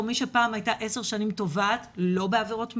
מי שבעבר הייתה עשר שנים תובעת ולא בעבירות מין,